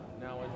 now